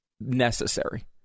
necessary